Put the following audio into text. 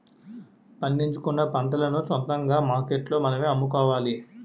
పండించుకున్న పంటలను సొంతంగా మార్కెట్లో మనమే అమ్ముకోవాలి